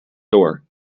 door